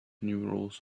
numerals